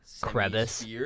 Crevice